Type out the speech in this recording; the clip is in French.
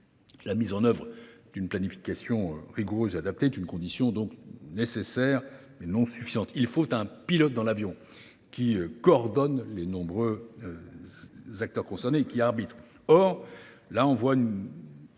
La mise en œuvre d’une planification rigoureuse et adaptée est une condition nécessaire, mais non suffisante ; il faut un pilote dans l’avion, qui coordonne les nombreux acteurs concernés et qui arbitre.